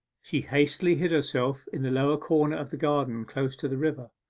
she hastily hid herself, in the lowest corner of the garden close to the river.